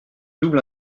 double